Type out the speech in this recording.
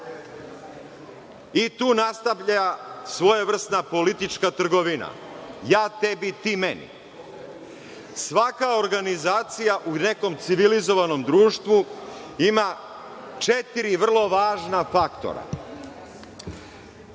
Tu se nastavlja svojevrsna politička trgovina – ja tebi, ti meni. Svaka organizacija u nekom civilnom društvu ima četiri vrlo važna faktora.